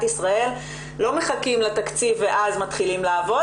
ישראל לא מחכים לתקציב ואז מתחילים לעבוד,